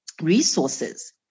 resources